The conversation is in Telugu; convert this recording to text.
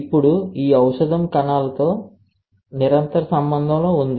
ఇప్పుడు ఈ ఔషధం కణాలతో నిరంతర సంబంధంలో ఉంది